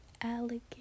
alligator